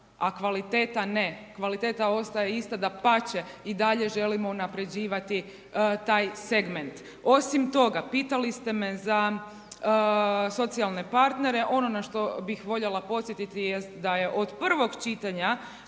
a kvaliteta ne. Kvaliteta ostaje ista, dapače, i dalje želimo unapređivati taj segment. Osim toga, pitali ste me za socijalne partnere, ono na što bih voljela podsjetiti da je od prvog čitanja